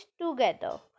together